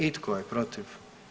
I tko je protiv?